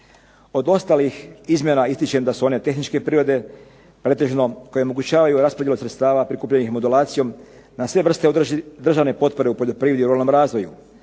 Od ostalih izmjena ističem da su one tehničke prirode, pretežno. Koje omogućavaju raspodjelu sredstava prikupljenih modulacijom na sve vrste državne potpore u poljoprivredi i ruralnom razvoju.